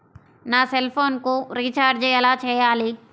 నా సెల్ఫోన్కు రీచార్జ్ ఎలా చేయాలి?